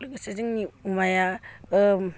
लोगोसे जोंनि अमाया